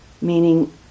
meaning